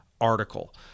article